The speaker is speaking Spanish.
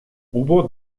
hubo